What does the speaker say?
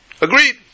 agreed